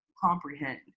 comprehend